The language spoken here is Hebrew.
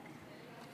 אין נמנעים.